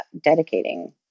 dedicating